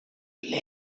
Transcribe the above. leave